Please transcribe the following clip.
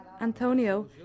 Antonio